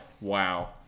Wow